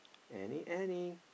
any any